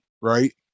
Right